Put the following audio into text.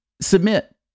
submit